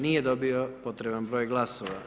Nije dobio potreban broj glasova.